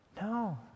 No